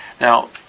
Now